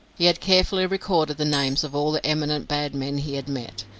he had carefully recorded the names of all the eminent bad men he had met,